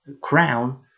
crown